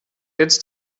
jetzt